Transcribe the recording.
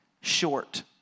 short